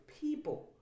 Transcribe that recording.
people